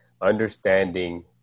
understanding